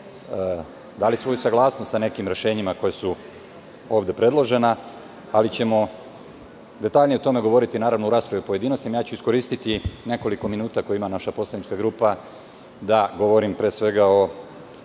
dali svoju saglasnost sa nekim rešenjima koja su ovde predložena, ali ćemo detaljnije o tome govoriti u raspravi u pojedinostima. Iskoristiću nekoliko minuta koje ima naša poslanička grupa da govori, pre svega, o